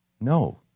no